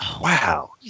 wow